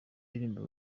ndirimbo